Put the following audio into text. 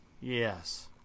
Yes